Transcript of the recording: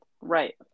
Right